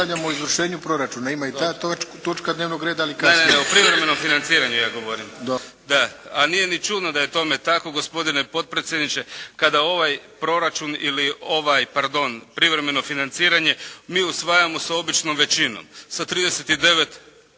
o privremenom financiranju ja govorim. A nije ni čudno da je tome tako gospodine potpredsjedniče, kada ovo privremeno financiranje mi usvajamo sa običnom većinom, sa 39